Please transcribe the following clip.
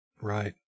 Right